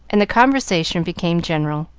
and the conversation became general.